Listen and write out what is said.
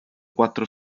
quattro